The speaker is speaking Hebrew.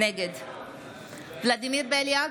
נגד ולדימיר בליאק,